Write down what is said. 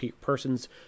persons